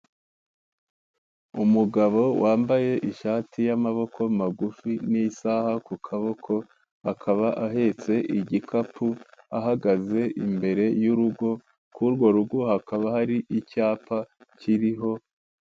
Umugabo wambaye ishati y'amaboko magufi n'isaha ku kaboko akaba ahetse igikapu ahagaze imbere y'urugo, ku urwo rugo hakaba hari icyapa kiriho...